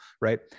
right